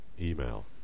email